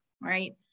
right